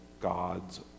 God's